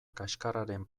kaxkarraren